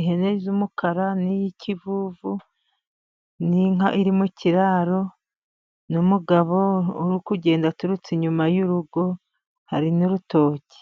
ihene z'umukara n'iy'ikivuvu n'inka iri mu kiraro, n'umugabo uri kugenda aturutse inyuma y'urugo hari n'urutoki.